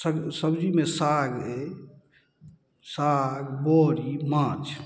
सब्जीमे साग अछि साग बड़ी माछ